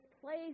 place